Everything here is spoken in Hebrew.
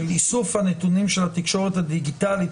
של איסוף הנתונים של התקשורת הדיגיטלית,